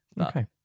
okay